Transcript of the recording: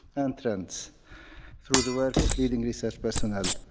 interests through the work of leading research personnel.